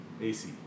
AC